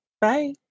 Bye